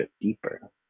deeper